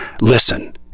Listen